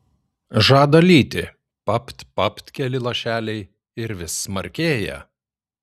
žada lyti papt papt keli lašeliai ir vis smarkėja